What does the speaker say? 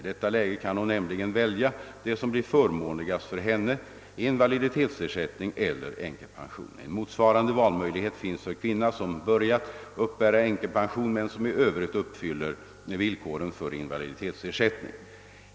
I detta läge kan hon nämligen välja det som blir förmånligast för henne, invaliditetsersättning eller änkepension. En motsvarande valmöjlighet finns för kvinna som börjat uppbära änkepension men som i övrigt uppfyller villkoren för invaliditetsersättning.